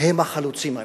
הם החלוצים האמיתיים.